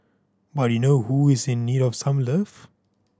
but you know who is in need of some love